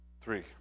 three